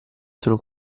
sono